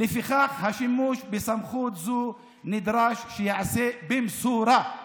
השימוש בסמכות זו נדרש שייעשה במשורה.